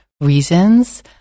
reasons